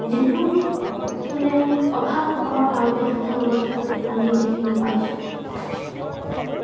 যিটো মানে অভাৱ আমাৰ ভাৰতীয় শিক্ষা ব্যৱস্থাটোত আমি দেখিব পাইছোঁ